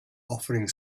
offering